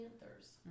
Panthers